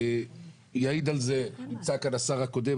נמצא כאן השר הקודם,